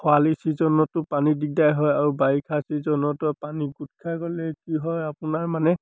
খৰালি ছিজনতো পানী দিগদাৰ হয় আৰু বাৰিষা ছিজনতো পানী গোট খাই গ'লে কি হয় আপোনাৰ মানে